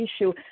issue